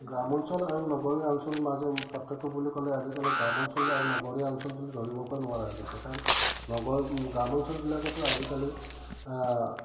গ্ৰাম অঞ্চল আৰু নগৰীয়া অঞ্চল মাজে পাৰ্থক্য বুলি ক'লে আজিকালি গ্ৰাম অঞ্চল আৰু নগৰীয়া অঞ্চল বুলি ধৰিবকে নোৱাৰা হৈ গৈছে কাৰণ নগৰ গ্ৰাম অঞ্চলবিলাকতো আজিকালি